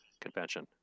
convention